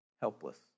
helpless